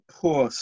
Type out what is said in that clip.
poor